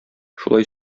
шулай